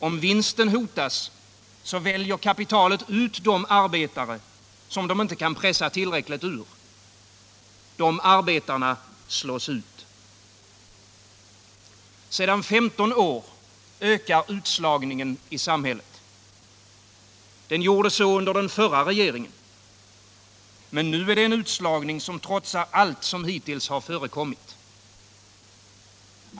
Om vinsten hotas, väljer kapitalet ut de arbetare, som de inte kan pressa tillräckligt ur. De arbetarna slås ut. Sedan 15 år ökar utslagningen i samhället. Den gjorde så under den förra regeringen, men nu är det en utslagning som trotsar allt som hittills förekommit.